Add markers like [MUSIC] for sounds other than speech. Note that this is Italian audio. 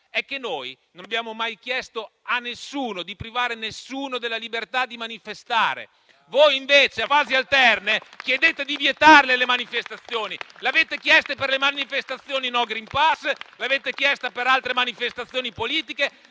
è che noi non abbiamo mai chiesto a nessuno di privare nessuno della libertà di manifestare. [APPLAUSE] Voi invece, a fasi alterne, chiedete di vietare le manifestazioni. L'avete chiesto per le manifestazioni *no green pass* e l'avete chiesto per altre manifestazioni politiche.